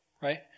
right